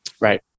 Right